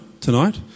tonight